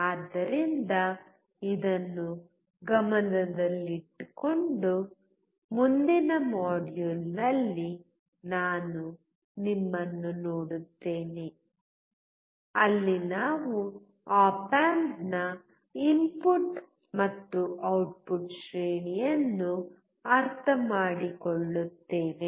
ಆದ್ದರಿಂದ ಇದನ್ನು ಗಮನದಲ್ಲಿಟ್ಟುಕೊಂಡು ಮುಂದಿನ ಮಾಡ್ಯೂಲ್ನಲ್ಲಿ ನಾನು ನಿಮ್ಮನ್ನು ನೋಡುತ್ತೇನೆ ಅಲ್ಲಿ ನಾವು ಆಪ್ ಆಂಪ್ಸ್ನ ಇನ್ಪುಟ್ ಮತ್ತು ಔಟ್ಪುಟ್ ಶ್ರೇಣಿಯನ್ನು ಅರ್ಥಮಾಡಿಕೊಳ್ಳುತ್ತೇವೆ